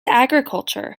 agriculture